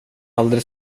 aldrig